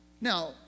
Now